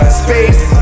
space